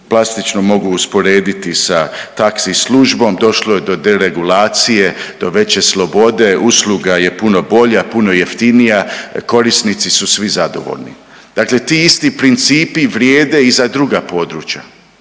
plastično mogu usporediti sa taksi službom, došlo je do deregulacije, do veće slobode, usluga je puno bolja, puno jeftinija, korisnici su svi zadovoljni, dakle ti isti principi vrijede i za druga područja